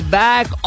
back